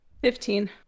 Fifteen